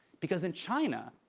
because in china,